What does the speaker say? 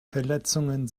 verletzungen